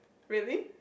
really